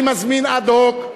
אני מזמין אד-הוק,